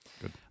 Good